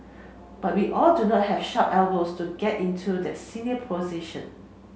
but we all do not have sharp elbows to get into that senior position